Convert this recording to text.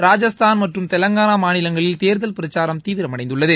ராஜஸ்தான் மற்றும் தெலங்கான மாநிலங்களில் தேர்தல் பிரச்சாரம் தீவிரமடைந்துள்ளது